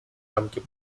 рамки